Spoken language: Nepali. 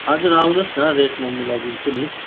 हजुर आउनुहोस् न रेट म मिलाइदिन्छु नि